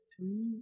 three